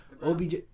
OBJ